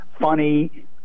funny